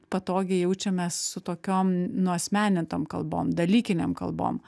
patogiai jaučiamės su tokiom nuasmenintom kalbom dalykinėm kalbom